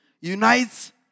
unites